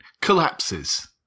collapses